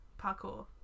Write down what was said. Parkour